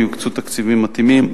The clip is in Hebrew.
ויוקצו תקציבים מתאימים,